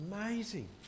Amazing